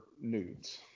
nudes